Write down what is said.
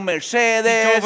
Mercedes